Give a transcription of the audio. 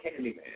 Candyman